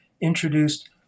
introduced